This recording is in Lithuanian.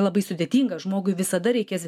labai sudėtinga žmogui visada reikės